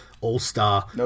all-star